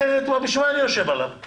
אחרת, בשביל מה אני דן עליו?